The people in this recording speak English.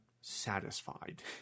satisfied